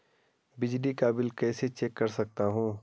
बिजली का बिल कैसे चेक कर सकता हूँ?